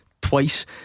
twice